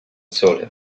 sole